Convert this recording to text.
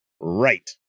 right